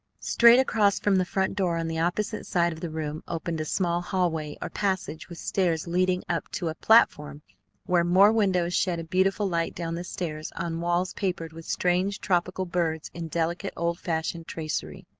straight across from the front door on the opposite side of the room opened a small hallway or passage with stairs leading up to a platform where more windows shed a beautiful light down the stairs on walls papered with strange tropical birds in delicate old-fashioned tracery.